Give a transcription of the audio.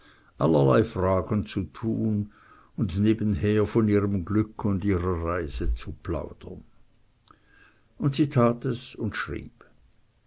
allerlei fragen zu tun und nebenher von ihrem glück und ihrer reise zu plaudern und sie tat es und schrieb